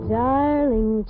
darling